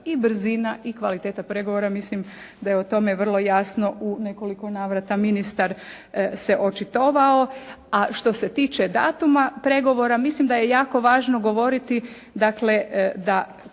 i brzina i kvaliteta pregovora. Mislim da je o tome vrlo jasno u nekoliko navrata ministar se očitovao, a što se tiče datuma pregovora, mislim da je jako važno govoriti dakle